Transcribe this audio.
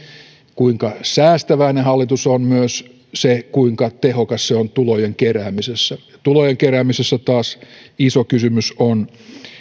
kuinka säästäväinen hallitus on myös se kuinka tehokas se on tulojen keräämisessä tulojen keräämisessä taas iso kysymys on